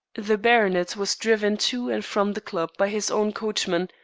the baronet was driven to and from the club by his own coachman,